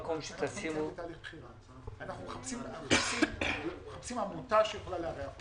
אנחנו מחפשים עמותה שיכולה לארח אותנו.